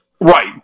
Right